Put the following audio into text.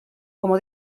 como